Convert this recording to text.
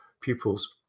pupils